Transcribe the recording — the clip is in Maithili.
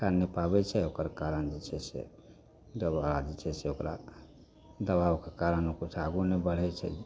कए नहि पाबैत छै ओकर कारण होइ छै से देलहा जे छै से ओकरा दबावके कारण ओ पैसा आगू नहि बढ़ैत छै